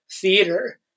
theater